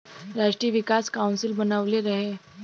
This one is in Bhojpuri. राष्ट्रीय विकास काउंसिल बनवले रहे